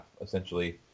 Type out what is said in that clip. essentially